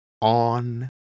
on